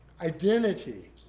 identity